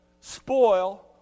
spoil